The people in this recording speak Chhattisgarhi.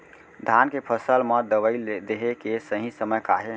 धान के फसल मा दवई देहे के सही समय का हे?